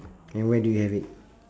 and where did you have it